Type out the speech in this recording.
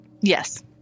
yes